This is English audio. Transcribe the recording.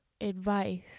advice